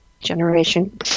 generation